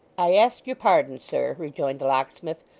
i ask your pardon, sir rejoined the locksmith.